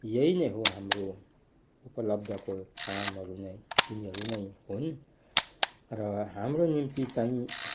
यही नै हो हाम्रो उपलब्धको कामहरू यिनीहरू नै हुन् र हाम्रो निम्ति चाहिँ